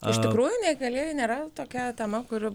iš tikrųjų negalėjo nėra tokia tema kur